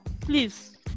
please